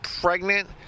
pregnant